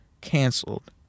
canceled